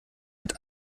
mit